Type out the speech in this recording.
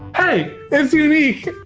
hey, it's unique.